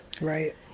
Right